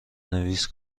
نویس